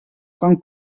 quan